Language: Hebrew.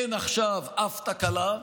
אין בה עכשיו שום תקלה,